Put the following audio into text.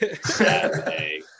saturday